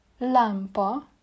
Lampa